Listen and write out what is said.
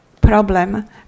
problem